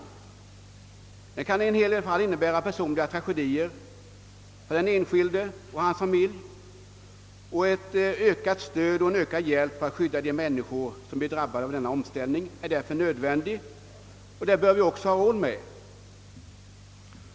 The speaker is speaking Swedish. Arbetslöshet kan i en hel del fall innebära en personlig tragedi för den enskilde och hans familj. Ett ökat stöd åt de människor som drabbas av denna omställning är därför nödvändig, och det bör vi också ha råd med.